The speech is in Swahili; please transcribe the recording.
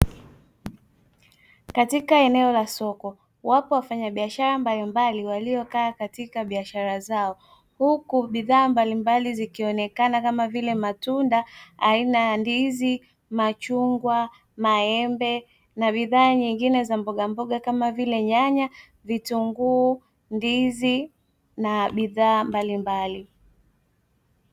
Katika eneo la soko wapo wafanyabiashara mbalimbali walio kaa katika biashara zao, huku bidhaa mbalimbali zikionekana Kama vile matunda aina ya ndizi, machungwa, maembe na bidhaa nyingine za mbogamboga kama vile nyanya, vitunguu, ndizi na bidhaa mbalimbali.